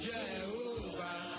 Jehovah